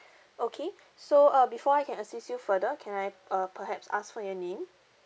okay so uh before I can assist you further can I uh perhaps ask for your name